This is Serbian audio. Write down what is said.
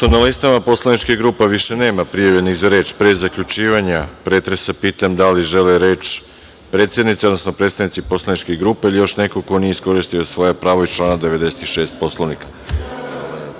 na listama poslaničkih grupa više nema prijavljenih za reč. Pre zaključivanja pretresa pitam da li žele reč predsednici, odnosno predstavnici poslaničke grupe ili još neko ko nije iskoristio svoje pravo iz člana 96. Poslovnika. Reč